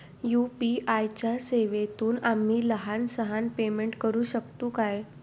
UPI च्या सेवेतून आम्ही लहान सहान पेमेंट करू शकतू काय?